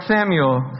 Samuel